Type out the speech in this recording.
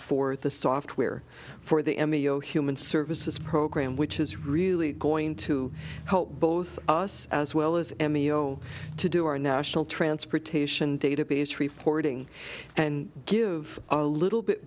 for the software for the m e o human services program which is really going to help both us as well as emil to do our national transportation database reporting and give a little bit